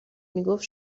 میگفت